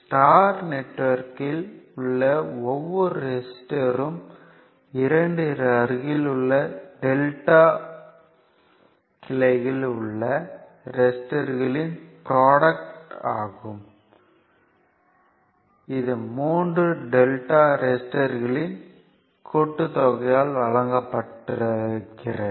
star நெட்வொர்க்கில் உள்ள ஒவ்வொரு ரெசிஸ்டர்யும் இரண்டு அருகிலுள்ள டெல்டா கிளைகளில் உள்ள ரெசிஸ்டர்களின் ப்ரோட்க்ட் ஆகும் இது மூன்று டெல்டா ரெசிஸ்டர்களின் கூட்டுத்தொகையால் வகுக்கப்படுகிறது